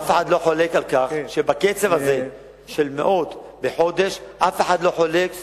אף אחד לא חולק על כך שבקצב הזה של מאות בחודש זה יגיע.